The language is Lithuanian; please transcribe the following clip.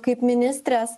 kaip ministrės